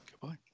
goodbye